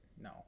No